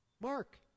Mark